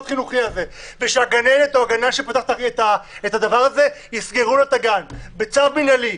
החינוך הזה ושהגננת או הגנן שפתחו את הגן יסגרו לו את הגן בצו מנהלי.